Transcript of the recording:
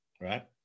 right